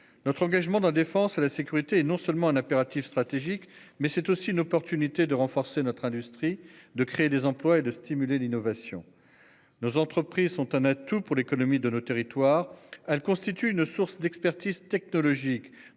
Notre engagement, de la défense et la sécurité non seulement un impératif stratégique, mais c'est aussi une opportunité de renforcer notre industrie de créer des emplois et de stimuler l'innovation. Nos entreprises sont un atout pour l'économie de nos territoires. Elle constitue une source d'expertise technologique